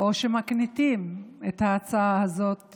או שמקניטים את ההצעה הזאת